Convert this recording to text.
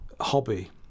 hobby